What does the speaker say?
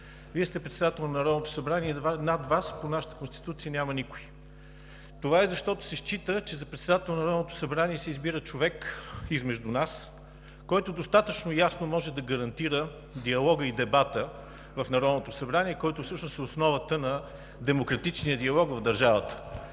Вие сте председател на Народното събрание и над Вас по нашата Конституция няма никой. Това е, защото се счита, че за председател на Народното събрание се избира човек измежду нас, който достатъчно ясно може да гарантира диалога и дебата в Народното събрание, който всъщност е основата на демократичния диалог в държавата.